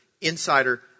insider